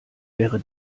wäre